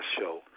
show